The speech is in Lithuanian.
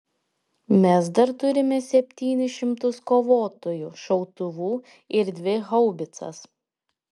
mes dar turime septynis šimtus kovotojų šautuvų ir dvi haubicas